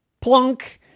plunk